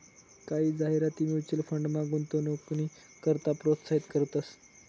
कायी जाहिराती म्युच्युअल फंडमा गुंतवणूकनी करता प्रोत्साहित करतंस